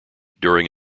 during